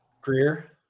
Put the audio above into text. greer